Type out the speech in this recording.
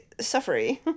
suffering